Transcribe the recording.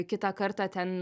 kitą kartą ten